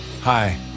Hi